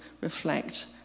reflect